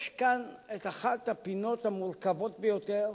יש כאן את אחת הפינות המורכבות ביותר,